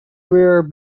career